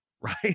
right